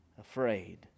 afraid